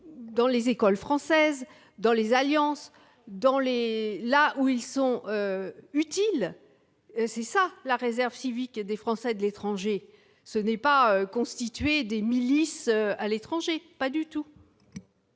dans les écoles françaises, dans les alliances, là où ils sont utiles. Créer la réserve civique des Français de l'étranger ne revient pas à constituer des milices à l'étranger ! La parole